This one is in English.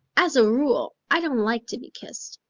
as a rule, i don't like to be kissed.